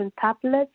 tablets